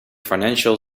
financial